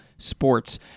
Sports